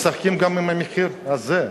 משחקים גם עם המחיר הזה.